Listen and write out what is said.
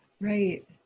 Right